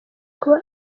kuba